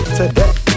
today